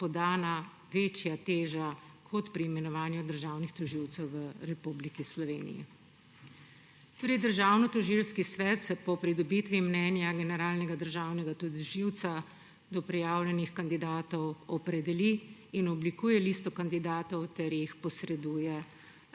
podana večja teža kot pri imenovanju državnih tožilcev v Republiki Sloveniji. Državnotožilski svet se po pridobitvi mnenja generalnega državnega tožilca do prijavljenih kandidatov opredeli in oblikuje listo kandidatov ter jo posreduje